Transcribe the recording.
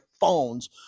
phones